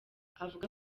avuga